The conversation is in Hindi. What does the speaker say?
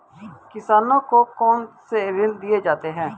किसानों को कौन से ऋण दिए जाते हैं?